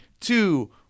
two